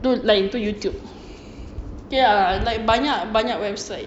tu lain tu youtube okay lah like banyak banyak website